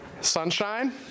Sunshine